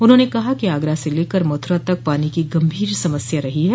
उन्होंने कहा कि आगरा से लेकर मथुरा तक पानी की गंभीर समस्या रही है